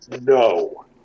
No